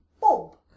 Bob